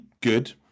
good